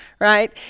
right